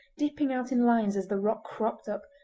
dipping out in lines as the rock cropped up,